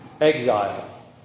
exile